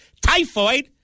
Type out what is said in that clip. Typhoid